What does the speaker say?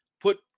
Put